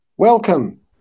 Welcome